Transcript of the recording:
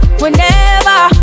whenever